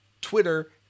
Twitter